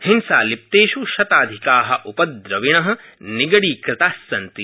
हिंसालिप्तेष् शताधिका उपद्रविण निगडीकृतास्सन्ति